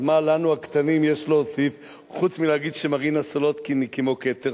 אז מה לנו הקטנים יש להוסיף חוץ מלהגיד שמרינה סולודקין היא כמו כתר,